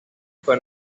fue